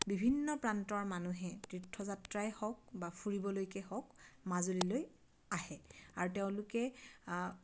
বিভিন্ন প্ৰান্তৰ মানুহে তীৰ্থ যাত্ৰাই হওক বা ফুৰিবলৈকে হওক মাজুলীলৈ আহে আৰু তেওঁলোকে